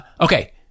okay